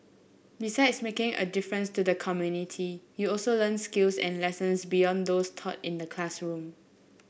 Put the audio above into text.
besides making a difference to the community you also learn skills and lessons beyond those taught in the classroom